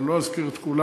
ואני לא אזכיר את כולם,